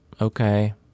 okay